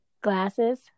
glasses